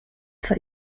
zur